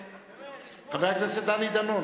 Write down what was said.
חבר הכנסת דני דנון.